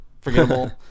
forgettable